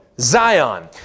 Zion